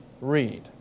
read